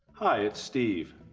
hi, it's steve.